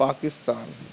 Pakistan